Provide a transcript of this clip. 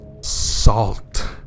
salt